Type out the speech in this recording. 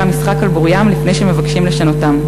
המשחק על בוריים לפני שמבקשים לשנותם.